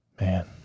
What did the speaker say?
Man